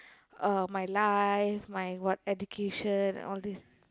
uh my life my what education and all these